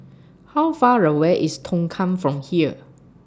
How Far away IS Tongkang from here